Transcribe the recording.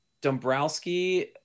Dombrowski